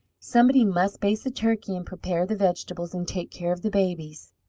somebody must baste the turkey and prepare the vegetables and take care of the babies.